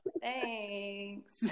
thanks